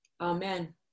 Amen